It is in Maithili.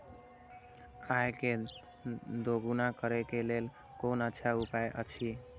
आय के दोगुणा करे के लेल कोन अच्छा उपाय अछि?